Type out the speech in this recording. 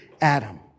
Adam